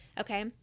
Okay